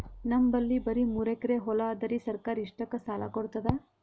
ನಮ್ ಬಲ್ಲಿ ಬರಿ ಮೂರೆಕರಿ ಹೊಲಾ ಅದರಿ, ಸರ್ಕಾರ ಇಷ್ಟಕ್ಕ ಸಾಲಾ ಕೊಡತದಾ?